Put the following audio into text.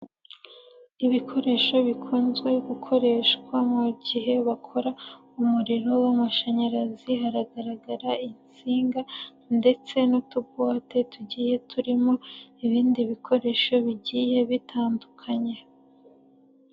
Ibikoresho bikunzwe gukoreshwa mu gihe bakora umuriro w'amashanyarazi, hagaragara insinga ndetse n'utubuwate tugiye turimo ibindi bikoresho bigiye bitandukanye.